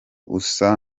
usa